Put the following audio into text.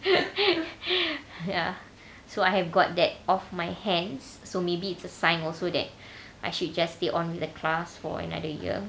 ya so I have got that off my hands so maybe it's a sign also that I should just stay on the class for another year